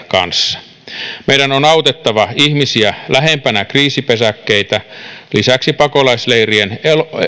kanssa meidän on autettava ihmisiä lähempänä kriisipesäkkeitä lisäksi pakolaisleirien